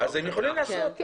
אז הם יכולים לעשות.